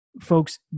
folks